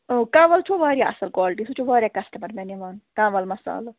کَنٛول چھُ وارِیاہ اَصٕل کوالٹی سُہ چھُ وارِیاہ کسٹٕمر مےٚ نِوان کَنٛول مَصالہٕ